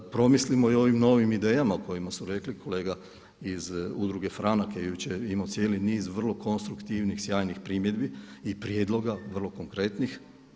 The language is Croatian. Promislimo i o ovim novim idejama o kojima su rekli kolega iz Udruge „Franak“ je jučer imao cijeli niz vrlo konstruktivnih sjajnih primjedbi i prijedloga vrlo konkretnih.